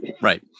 Right